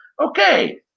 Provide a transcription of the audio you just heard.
Okay